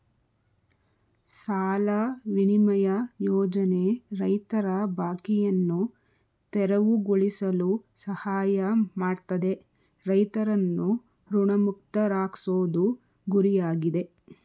ಸಾಲ ವಿನಿಮಯ ಯೋಜನೆ ರೈತರ ಬಾಕಿಯನ್ನು ತೆರವುಗೊಳಿಸಲು ಸಹಾಯ ಮಾಡ್ತದೆ ರೈತರನ್ನು ಋಣಮುಕ್ತರಾಗ್ಸೋದು ಗುರಿಯಾಗಿದೆ